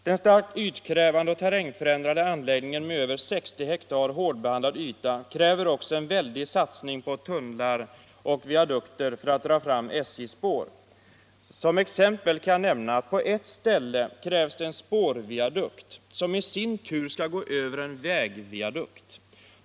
Den starkt ytkrävande och terrängförändrande anläggningen med över 60 hektar hårdbehandlad yta kräver också en väldig satsning på tunnlar och viadukter för att dra fram SJ:s spår. Som exempel kan jag nämna att på ett ställe krävs det en spårviadukt som i sin tur skall gå över en vägviadukt.